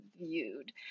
viewed